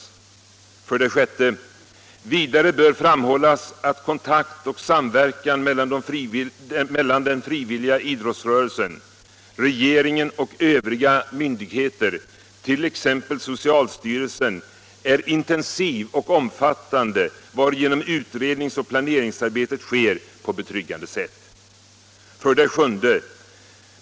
6. Vidare bör framhållas att kontakten och samverkan mellan den frivilliga idrottsrörelsen, regeringen och övriga myndigheter — t.ex. socialstyrelsen — är intensiv och omfattande, varigenom utredningsoch planeringsarbetet sker på ”betryggande” sätt. 7.